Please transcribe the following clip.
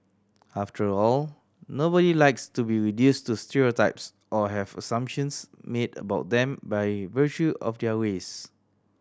after all nobody likes to be reduced to stereotypes or have assumptions made about them by virtue of their race